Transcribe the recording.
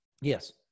Yes